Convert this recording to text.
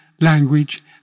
language